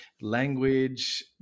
language